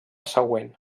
següent